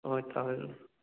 ꯍꯣꯏ ꯊꯥꯕꯤꯔꯛꯑꯣꯅꯦ